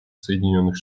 соединенных